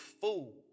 fool